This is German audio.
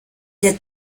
der